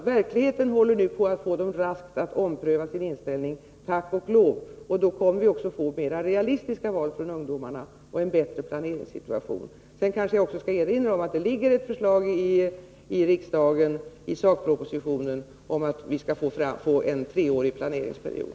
Verkligheten håller tack och lov nu på att få dem att raskt ompröva sin inställning, och då kommer ungdomarna också att göra mera realistiska val, så att vi får en bättre planeringssituation. Jag kanske också skall erinra om att det i riksdagen ligger ett förslag i proposition om att vi skall få en treårig planeringsperiod.